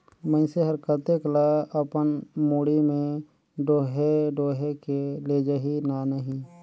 मइनसे हर कतेक ल अपन मुड़ी में डोएह डोएह के लेजही लानही